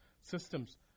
systems